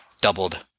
doubled